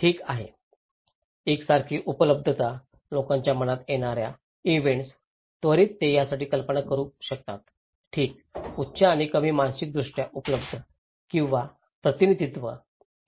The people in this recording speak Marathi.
ठीक आहे एकसारखी उपलब्धता लोकांच्या मनात येणार्या इव्हेंट्स त्वरित ते याची कल्पना करू शकतात ठीक उच्च आणि कमी मानसिकदृष्ट्या उपलब्ध किंवा प्रतिनिधित्व